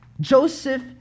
Joseph